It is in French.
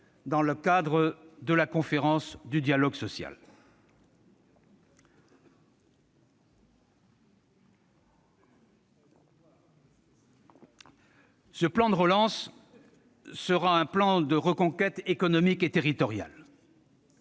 dans le cadre de la conférence du dialogue social. « Ce plan de relance sera un plan de reconquête économique et territorial.